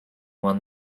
won